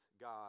God